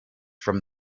from